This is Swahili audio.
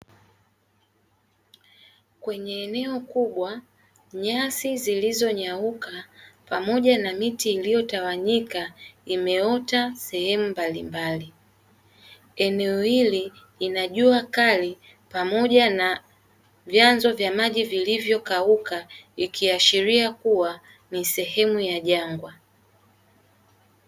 Kwenye eneo kubwa nyasi zilizo nyauka pamoja na miti iliyotawanyika imeota sehemu mbalimbali, eneo hili linajua kali pamoja na vyanzo vya maji vilivyo kauka ikiashiria kuwa ni sehemu ya jangwa.